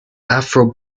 afro